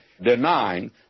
denying